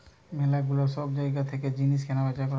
ম্যালা গুলা সব জায়গা থেকে জিনিস কেনা বেচা করা